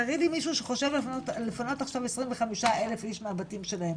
תראי לי מישהו שחושב עכשיו לפנות 25 אלף אנשים מהבתים שלהם,